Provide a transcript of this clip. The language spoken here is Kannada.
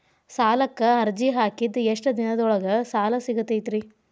ಸಾಲಕ್ಕ ಅರ್ಜಿ ಹಾಕಿದ್ ಎಷ್ಟ ದಿನದೊಳಗ ಸಾಲ ಸಿಗತೈತ್ರಿ?